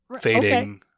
fading